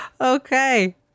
Okay